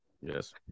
Yes